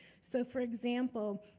so for example,